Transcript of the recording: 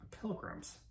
Pilgrims